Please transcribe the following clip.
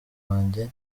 wanjye